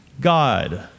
God